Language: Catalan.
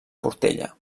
portella